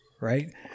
right